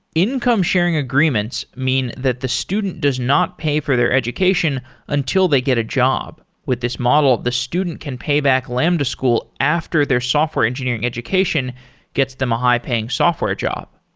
income sharing agreements mean that the student does not pay for their education until they get a job. with this model, the student can pay back lambda school after their software engineering education gets them a high-paying software job.